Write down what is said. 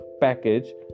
package